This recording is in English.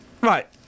Right